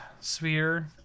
sphere